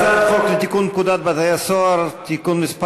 הצעת חוק לתיקון פקודת בתי-הסוהר (מס'